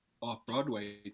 Off-Broadway